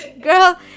girl